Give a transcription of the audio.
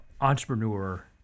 entrepreneur